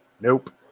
Nope